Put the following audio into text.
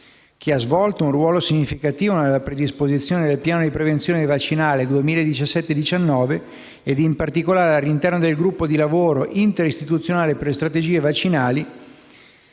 che ha svolto un ruolo significativo nella predisposizione del piano di prevenzione vaccinale 2017-2019 ed in particolare all'interno del gruppo di lavoro interistituzionale per le strategie vaccinali,